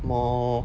more